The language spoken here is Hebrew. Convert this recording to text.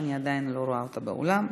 ואני עדיין לא רואה אותה באולם.